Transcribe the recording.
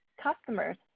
customers